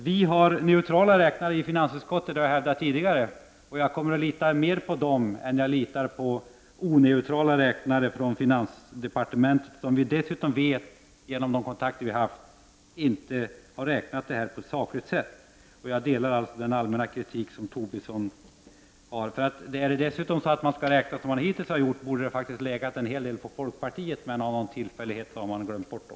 Vi har i finansutskottet tillgång till neutrala personer som utför beräkningar, och jag litar mer på dem än på de oneutrala handläggare som gör beräkningar i finansdepartementet. Dessutom vet vi genom de kontakter vi haft att de inte har räknat på ett sakligt sätt. Jag instämmer alltså i den allmänna kritik som Lars Tobisson har framfört. Skall man dessutom räkna som man hittills har gjort, borde en hel del förslag till utgifter ha ankommit på folkpartiet, men av någon tillfällighet så har man glömt bort dem.